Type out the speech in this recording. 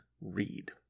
read